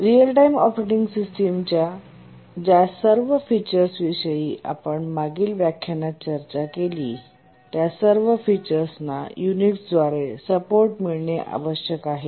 real time operating सिस्टमच्या ज्या सर्व फिचर्सविषयी आपण मागील व्याख्यानात चर्चा केली त्या सर्व फिचर्सना यूनिक्स द्वारे सपोर्ट मिळणे आवश्यक आहे